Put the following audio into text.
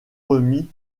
remis